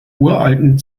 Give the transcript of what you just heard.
uralten